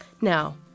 Now